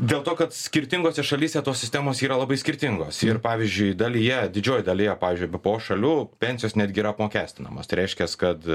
dėl to kad skirtingose šalyse tos sistemos yra labai skirtingos ir pavyzdžiui dalyje didžiojoj dalyje pavyzdžiui b p o šalių pensijos netgi yra apmokestinamos tai reiškias kad